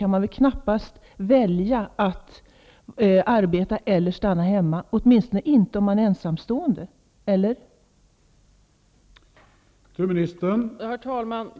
kan man knappast välja mellan att arbeta eller att stanna hemma -- åtminstone inte om man är ensamstående, eller vad säger Birgit Friggebo?